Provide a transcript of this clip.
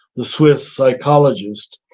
the swiss psychologist,